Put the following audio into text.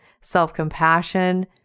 self-compassion